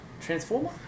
Transformer